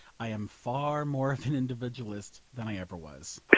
i am far more of an individualist than i ever was.